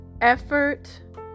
effort